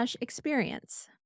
experience